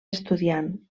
estudiant